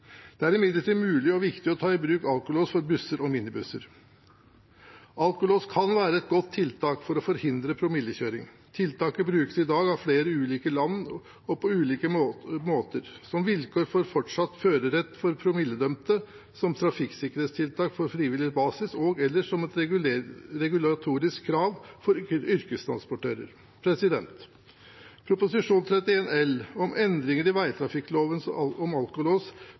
Det er imidlertid mulig og viktig å ta i bruk alkolås for busser og minibusser. Alkolås kan være et godt tiltak for å forhindre promillekjøring. Tiltaket brukes i dag av flere ulike land og på ulike måter, som vilkår for fortsatt førerrett for promilledømte, som trafikksikkerhetstiltak på frivillig basis og/eller som et regulatorisk krav for yrkestransportører. Prop. 31 L for 2017–2018, om endringer i vegtrafikkloven som gjelder alkolås,